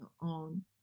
on